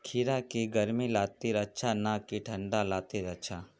खीरा की गर्मी लात्तिर अच्छा ना की ठंडा लात्तिर अच्छा?